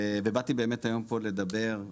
ובאמת באתי היום פה לדבר.